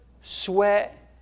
sweat